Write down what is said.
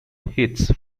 hits